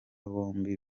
bombi